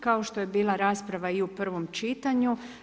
Kao što je bila rasprava i u prvom čitanju.